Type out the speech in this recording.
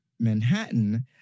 Manhattan